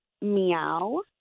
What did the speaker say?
meow